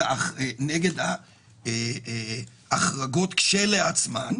נגד ההחרגות כשלעצמן,